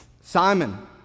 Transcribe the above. simon